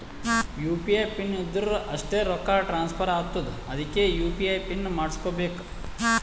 you P I PIN ಇದ್ದುರ್ ಅಷ್ಟೇ ರೊಕ್ಕಾ ಟ್ರಾನ್ಸ್ಫರ್ ಆತ್ತುದ್ ಅದ್ಕೇ ಯು.ಪಿ.ಐ ಪಿನ್ ಮಾಡುಸ್ಕೊಬೇಕ್